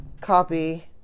copy